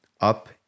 up